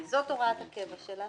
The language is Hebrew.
זאת הוראת הקבע שלך